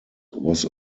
was